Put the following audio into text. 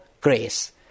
grace